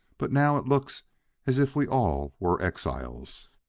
but now it looks as if we all were exiles.